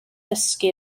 dysgu